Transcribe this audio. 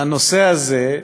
הנושא הזה,